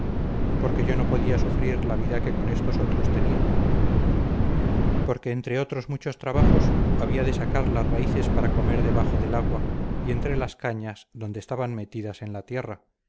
porque yo no podía sufrir la vida que con estos otros tenía porque entre otros trabajos muchos había de sacar las raíces para comer de bajo del agua y entre las cañas donde estaban metidas en la tierra